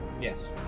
Yes